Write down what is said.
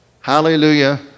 Hallelujah